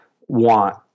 want